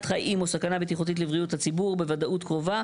חיים או סכנה בטיחותית לבריאות הציבור בוודאות קרובה,